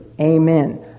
Amen